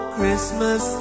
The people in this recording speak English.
Christmas